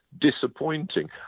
disappointing